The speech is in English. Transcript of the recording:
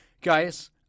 Guys